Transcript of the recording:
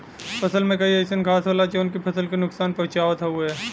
फसल में कई अइसन घास होला जौन की फसल के नुकसान पहुँचावत हउवे